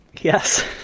Yes